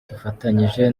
dufatanyije